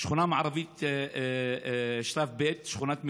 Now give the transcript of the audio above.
שכונה מערבית שלב ב', שכונת מגורים,